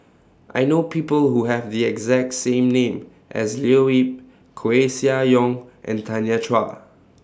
I know People Who Have The exact same name as Leo Yip Koeh Sia Yong and Tanya Chua